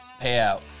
payout